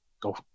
Go